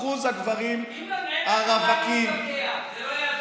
אחוז הגברים הרווקים, זה לא יעזור.